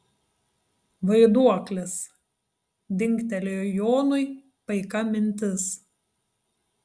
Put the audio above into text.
vaiduoklis dingtelėjo jonui paika mintis